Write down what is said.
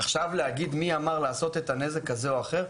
עכשיו להגיד מי אמר לעשות את הנזק הזה או אחר?